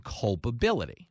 culpability